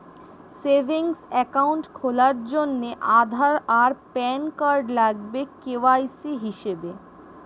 savings account খোলার জন্যে আধার আর প্যান কার্ড লাগবে কে.ওয়াই.সি হিসেবে